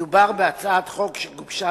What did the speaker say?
מדובר בהצעת חוק שגובשה